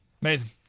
Amazing